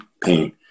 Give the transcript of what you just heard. pain